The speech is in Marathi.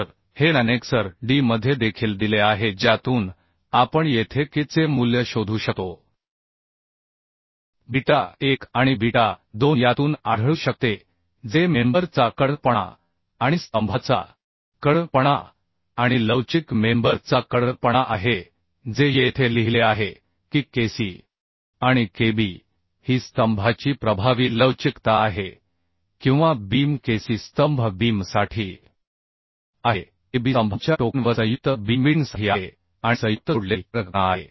तर हे ऍनेक्सर डी मध्ये देखील दिले आहे ज्यातून आपण येथे K चे मूल्य शोधू शकतो बीटा 1 आणि बीटा 2 यातून आढळू शकते जे मेंबर चा कडकपणा आणि स्तंभाचा कडकपणा आणि लवचिक मेंबर चा कडकपणा आहे जे येथे लिहिले आहे की Kc आणि Kb ही स्तंभाची प्रभावी लवचिकता आहे किंवा बीम Kc स्तंभ बीमसाठी आहे kb स्तंभांच्या टोकांवर संयुक्त बीम मीटिंगसाठी आहे आणि संयुक्त जोडलेली कडकपणा आहे